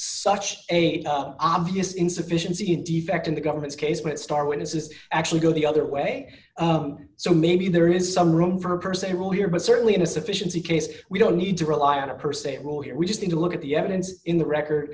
such a obvious insufficiency defect in the government's case that star witnesses actually go the other way so maybe there is some room for per se rule here but certainly in a sufficiency case we don't need to rely on a per se rule here we just need to look at the evidence in the